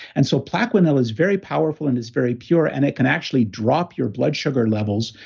and so, plaquenil is very powerful and it's very pure and it can actually drop your blood sugar levels,